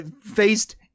faced